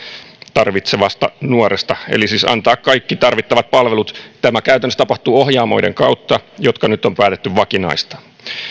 tarvitsevasta nuoresta eli siis antaa kaikki tarvittavat palvelut tämä käytännössä tapahtuu ohjaamoiden kautta jotka nyt on päätetty vakinaistaa